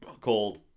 called